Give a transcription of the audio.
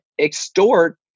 extort